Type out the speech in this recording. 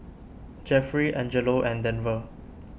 Jeffry Angelo and Denver